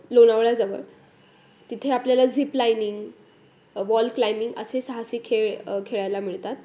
लोणावळ्याजवळ तिथे आपल्याला zip lining wall climbing असे साहसी खेळ खेळायला मिळतात